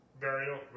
burial